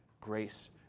grace